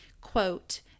Quote